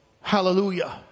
hallelujah